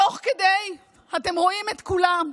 תוך כדי אתם רואים את כולם,